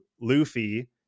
Luffy